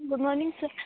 good morning sir